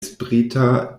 sprita